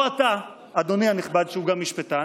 בוא אתה, אדוני הנכבד שהוא גם משפטן,